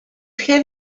have